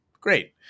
great